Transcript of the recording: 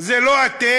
זה לא אתם.